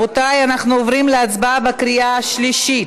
רבותי, אנחנו עוברים להצבעה בקריאה שלישית.